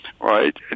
right